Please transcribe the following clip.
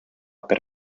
per